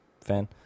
fan